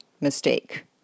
mistake